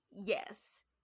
Yes